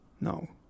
No